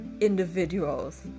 individuals